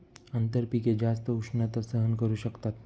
आंतरपिके जास्त उष्णता सहन करू शकतात